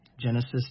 Genesis